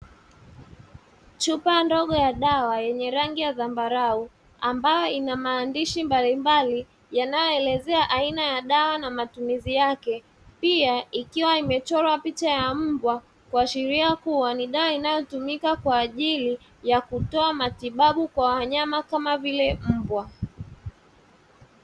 Chupa ndogo ya dawa yenye rangi ya zambarau, ambayo ina maandishi mbalimbali yanayoelezea aina ya dawa na matumizi yake, pia ikiwa imechorwa picha ya mbwa kuashiria kuwa ni dawa inayotumika kwa ajili ya kutoa matibabu kwa wanyama kama vile mbwa.